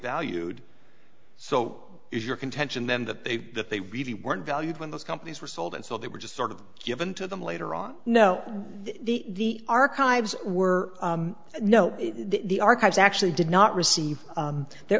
valued so is your contention then that they that they really weren't valued when those companies were sold and so they were just sort of given to them later on no the archives were no the archives actually did not receive